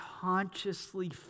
consciously